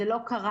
זה לא קרה,